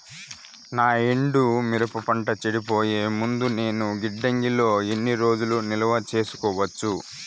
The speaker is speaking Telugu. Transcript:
నా ఎండు మిరప పంట చెడిపోయే ముందు నేను గిడ్డంగి లో ఎన్ని రోజులు నిలువ సేసుకోవచ్చు?